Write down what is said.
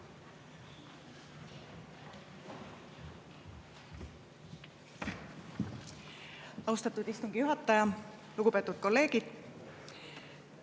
Austatud istungi juhataja! Lugupeetud kolleegid!